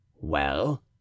Well